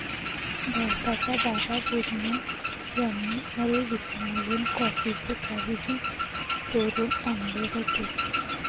भारताच्या बाबा बुदन यांनी अरेबिका मधून कॉफीचे काही बी चोरून आणले होते